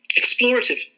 explorative